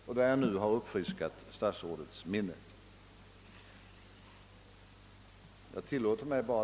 Jag har nu uppfriskat statsrådets minne.